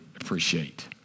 appreciate